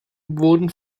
wurden